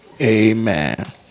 Amen